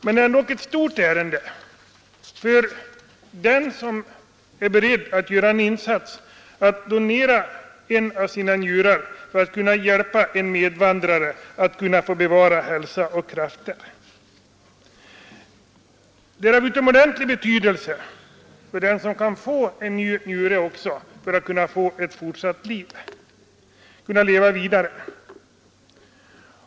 Men det är dock ett stort ärende för den som är beredd att göra en insats genom att donera en av sina njurar för att hjälpa en medvandrare att bevara hälsa och krafter. Det är också av utomordentlig betydelse för den som får en ny njure för att därigenom kunna leva vidare.